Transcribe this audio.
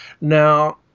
Now